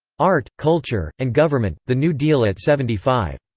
art, culture, and government the new deal at seventy five.